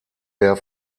der